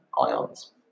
ions